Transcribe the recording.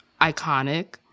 iconic